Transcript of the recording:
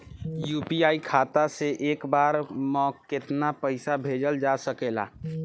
UPI खाता से एक बार म केतना पईसा भेजल जा सकेला?